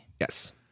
yes